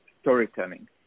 Storytelling